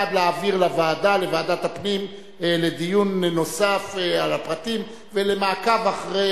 בעד להעביר לוועדת הפנים לדיון נוסף על הפרטים ולמעקב אחרי